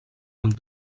amb